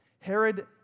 Herod